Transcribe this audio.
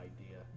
idea